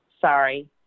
sorry